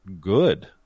good